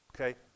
okay